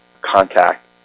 contact